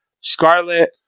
Scarlet